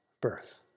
birth